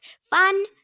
Fun